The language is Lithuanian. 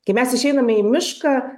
kai mes išeiname į mišką